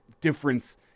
difference